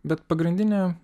bet pagrindinė